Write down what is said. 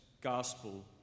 gospel